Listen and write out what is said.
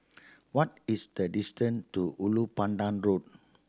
what is the distance to Ulu Pandan Road